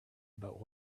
about